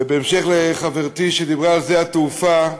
ובהמשך לחברתי שדיברה על שדה התעופה,